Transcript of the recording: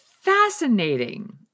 fascinating